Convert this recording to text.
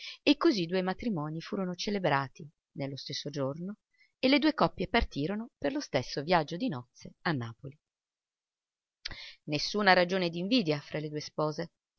e così i due matrimoni furono celebrati nello stesso giorno e le due coppie partirono per lo stesso viaggio di nozze a napoli nessuna ragione d'invidia fra le due spose